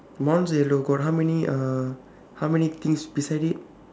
mine is yellow got how many uh how many things beside it